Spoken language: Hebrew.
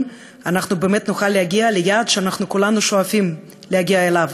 אנחנו נוכל להגיע ליעד שכולנו שואפים להגיע אליו,